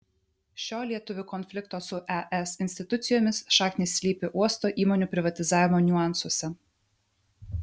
šio lietuvių konflikto su es institucijomis šaknys slypi uosto įmonių privatizavimo niuansuose